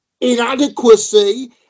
Inadequacy